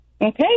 Okay